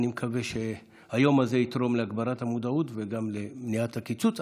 אני מקווה שהיום זה יתרום להגברת המודעות וגם למניעת הקיצוץ.